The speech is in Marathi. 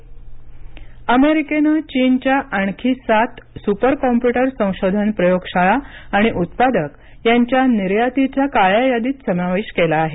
अमेरिका चीन अमेरिकेनं चीनच्या आणखी सात सुपर कॉम्प्युटर संशोधन प्रयोगशाळा आणि उत्पादक यांचा निर्यातीच्या काळ्या यादीत समावेश केला आहे